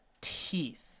teeth